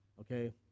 okay